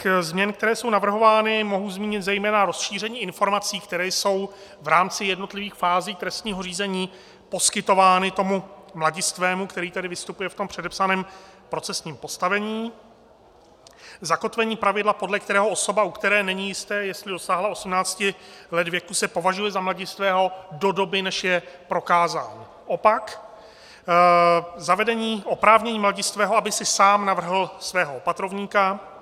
Ze změn, které jsou navrhovány, mohu zmínit zejména rozšíření informací, které jsou v rámci jednotlivých fází trestního řízení poskytovány mladistvému, který vystupuje v předepsaném procesním postavení; zakotvení pravidla, podle kterého osoba, u které není jisté, jestli dosáhla 18 let věku, se považuje za mladistvého do doby, než je prokázán opak; zavedení oprávnění mladistvého, aby si sám navrhl svého opatrovníka;